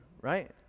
Right